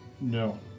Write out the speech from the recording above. No